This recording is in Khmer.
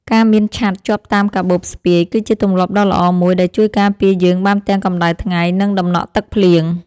ការមានឆ័ត្រជាប់តាមកាបូបស្ពាយ គឺជាទម្លាប់ដ៏ល្អមួយដែលជួយការពារយើងបានទាំងកម្តៅថ្ងៃនិងតំណក់ទឹកភ្លៀង។